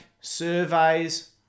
surveys